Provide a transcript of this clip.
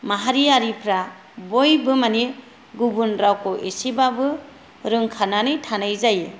माहारियारिफ्रा बयबो माने गुबुन रावखौ इसेबाबो रोंखानानै थानाय जायो